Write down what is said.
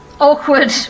Awkward